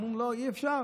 אומרים לך: לא, אי-אפשר.